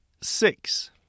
Six